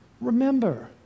Remember